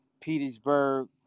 Petersburg